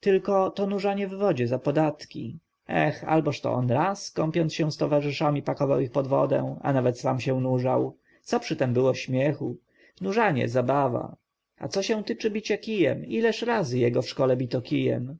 tylko to nurzanie w wodzie za podatki eh alboż to on raz kąpiąc się z towarzyszami pakował ich pod wodę a nawet sam się nurzał co przytem było śmiechu nurzanie zabawa a co się tycze bicia kijem ileż razy jego w szkole bito kijem